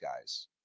guys